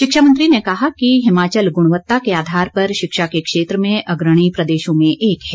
शिक्षा मंत्री ने कहा कि हिमाचल गुणवत्ता के आधार पर शिक्षा के क्षेत्र में अग्रणी प्रदेशों में एक है